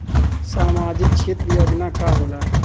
सामाजिक क्षेत्र योजना का होला?